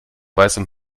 weißem